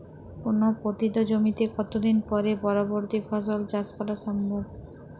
কোনো পতিত জমিতে কত দিন পরে পরবর্তী ফসল চাষ করা সম্ভব?